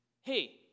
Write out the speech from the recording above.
hey